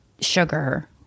sugar